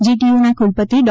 જીટીયુના કુલપતિ ડો